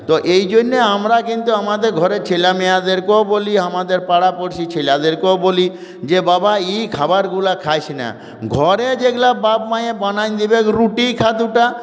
তো এইজন্য আমরা কিন্তু আমাদের ঘরে ছেলেমেয়েদেরকেও বলি আমাদের পাড়াপড়শি ছেলেদেরকেও বলি যে বাবা এ খাবারগুলো খাস না ঘরে যেগুলো বাপমায়ে বানিয়ে দেবে রুটি খা দুটো